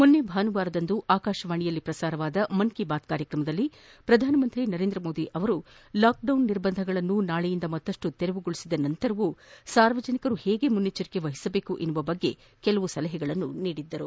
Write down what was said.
ಮೊನ್ನೆ ಭಾನುವಾರ ಆಕಾಶವಾಣಿಯಲ್ಲಿ ಪ್ರಸಾರವಾದ ಮನ್ ಕಿ ಬಾತ್ ಕಾರ್ಯಕ್ರಮದಲ್ಲಿ ಪ್ರಧಾನಮಂತ್ರಿ ನರೇಂದ್ರ ಮೋದಿ ಲಾಕ್ಡೌನ್ ನಿರ್ಬಂಧಗಳನ್ನು ನಾಳೆಯಿಂದ ಮತ್ತಷ್ನು ತೆರವುಗೊಳಿಸಿದ ನಂತರವೂ ಸಾರ್ವಜನಿಕರು ಹೇಗೆ ಮುನ್ನೆಚ್ಚರಿಕೆ ವಹಿಸಬೇಕು ಎನ್ನುವ ಬಗ್ಗೆ ಕೆಲವು ಸಲಹೆಗಳನ್ನು ನೀಡಿದ್ದರು